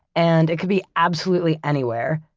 and it could be absolutely anywhere.